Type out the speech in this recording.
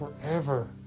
forever